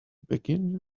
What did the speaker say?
begin